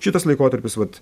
šitas laikotarpis vat